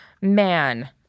Man